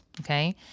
okay